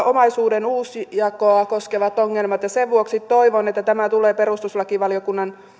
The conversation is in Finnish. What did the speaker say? omaisuuden uusjakoa koskevat ongelmat ja sen vuoksi toivon että tämä tulee perustuslakivaliokunnan